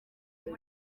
muri